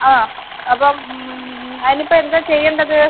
ആ അപ്പം അതിന് ഇപ്പോൾ എന്താണ് ചെയ്യേണ്ടത്